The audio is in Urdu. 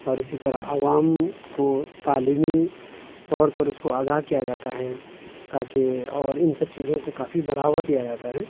اور اسی طرح عوام کو تعلیمی طور پر اس کو آگاہ کیا جاتا ہے تاکہ اور ان سب چیزوں کو کافی بڑھاوا دیا جاتا ہے